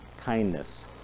kindness